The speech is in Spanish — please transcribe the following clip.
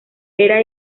era